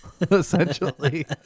essentially